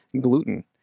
gluten